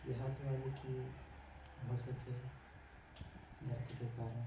इहा दुआरे कि भऽ सकै धरतीके कारण